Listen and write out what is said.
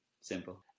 simple